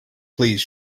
please